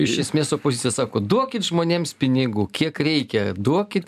iš esmės opozicija sako duokit žmonėms pinigų kiek reikia duokit